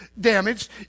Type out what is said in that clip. damaged